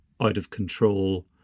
out-of-control